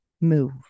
move